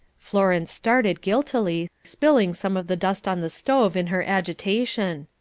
florence started guiltily, spilling some of the dust on the stove in her agitation.